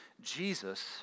Jesus